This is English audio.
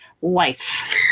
wife